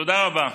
תודה רבה.